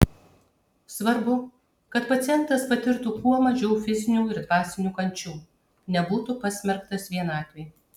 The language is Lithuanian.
svarbu kad pacientas patirtų kuo mažiau fizinių ir dvasinių kančių nebūtų pasmerktas vienatvei